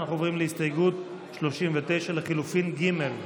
ואנחנו עוברים להסתייגות 39 לחלופין ג'.